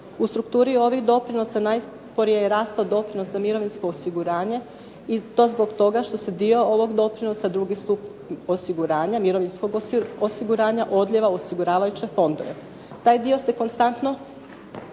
U strukturi ovih doprinosa najsporije je rastao doprinos za mirovinsko osiguranje i to zbog toga što se dio ovog doprinosa, drugi stup osiguranja, mirovinskog osiguranja odlijeva u osiguravajuće fondove. Taj dio se konstantno,